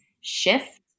shift